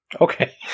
Okay